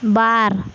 ᱵᱟᱨ